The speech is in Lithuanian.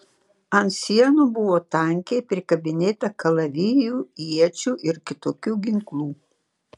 ant sienų buvo tankiai prikabinėta kalavijų iečių ir kitokių ginklų